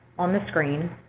on the screen,